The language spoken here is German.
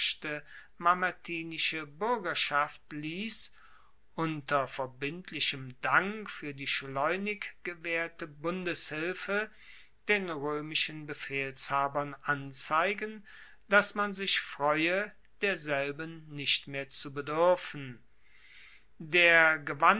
mamertinische buergerschaft liess unter verbindlichem dank fuer die schleunig gewaehrte bundeshilfe den roemischen befehlshabern anzeigen dass man sich freue derselben nicht mehr zu beduerfen der